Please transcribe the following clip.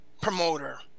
promoter